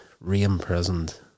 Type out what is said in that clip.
re-imprisoned